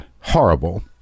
horrible